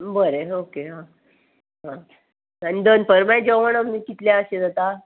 बरें ओके आं आं आनी दनपरा मागी जेवण कितल्याशें जाता